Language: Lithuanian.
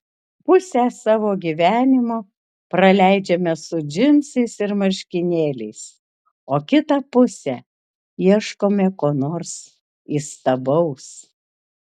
pusę savo gyvenimo praleidžiame su džinsais ir marškinėliais o kitą pusę ieškome ko nors įstabaus